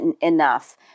enough